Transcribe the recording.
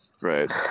Right